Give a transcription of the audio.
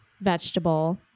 Vegetable